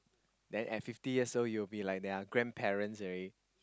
then at fifty years old you will be like their grandparents already